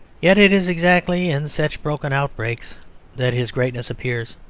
yet it is exactly in such broken outbreaks that his greatness appears.